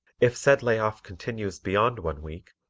if said lay off continues beyond one week,